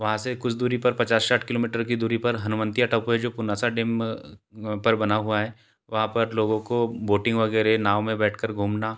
वहाँ से कुछ दूरी पर पचास साठ किलाेमीटर की दूरी पर हनुवंतिया टापू है जो पुनासा डेम पर बना हुआ है वहाँ पर लोगों को बोटिंग वगैरह नाव में बैठकर घूमना